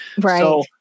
Right